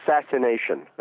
assassination